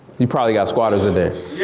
you probably got squatters in yeah